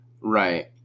Right